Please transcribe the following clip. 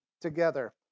together